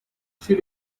she